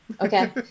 Okay